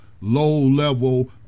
low-level